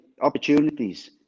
opportunities